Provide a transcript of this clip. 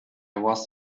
was